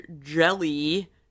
jelly